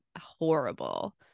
horrible